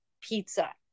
pizza